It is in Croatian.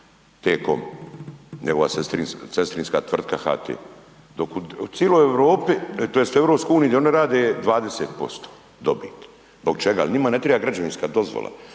T-com. Njegova sestrinska tvrtka HT-e. U cijeloj Europi tj. Europskoj uniji gdje oni rade je 20% dobiti. Zbog čega? Jer njima ne treba građevinska dozvola.